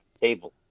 table